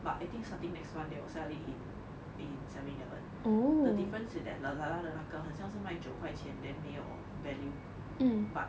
but I think starting next month they will sell it in in Seven Eleven the difference that Lazada 的那个很像是卖九块钱 then 没有 value but